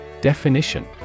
Definition